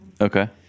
Okay